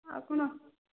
ଆଉ କ'ଣ